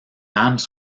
rames